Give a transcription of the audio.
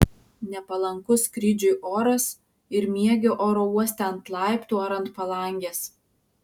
nepalankus skrydžiui oras ir miegi oro uoste ant laiptų ar ant palangės